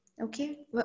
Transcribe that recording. Okay